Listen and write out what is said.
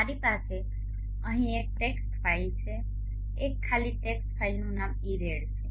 મારી પાસે અહીં એક ટેક્સ્ટ ફાઇલ છે એક ખાલી ટેક્સ્ટ ફાઇલ નું નામ ઇરેડ છે